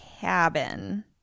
cabin